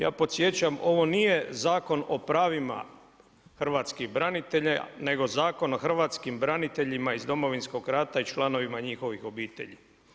Ja podsjećam ovo nije Zakon o pravima hrvatskih branitelja nego Zakon o hrvatskim braniteljima iz Domovinskog rata i članovima njihovih obitelji.